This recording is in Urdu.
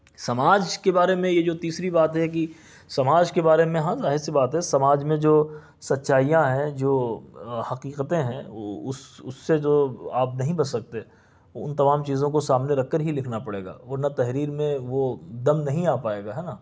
سماج کے بارے میں یہ جو تیسری بات ہے کہ سماج کے بارے میں ہاں ظاہر سی بات ہے سماج میں جو سچائیاں ہیں جو حقیقتیں ہیں اس اس سے جو آپ نہیں بچ سکتے ان تمام چیزوں کو سامنے رکھ کر ہی لکھنا پڑے گا ورنہ تحریر میں وہ دم نہیں آ پائے گا ہے نا